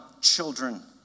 children